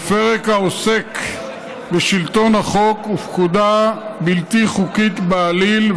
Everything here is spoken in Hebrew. בפרק העוסק בשלטון החוק ובפקודה בלתי חוקית בעליל,